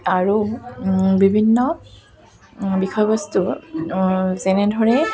আৰু বিভিন্ন বিষয়বস্তু যেনেধৰণে